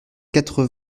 quatre